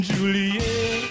Juliet